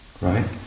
Right